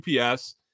UPS